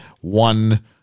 one